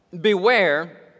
Beware